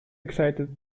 excited